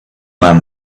man